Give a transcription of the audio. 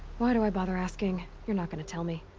why do i bother asking? you're not gonna tell me.